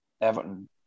Everton